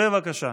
בבקשה.